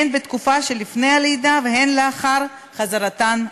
הן בתקופה שלפני הלידה והן לאחר חזרתן לעבודה.